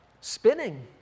Spinning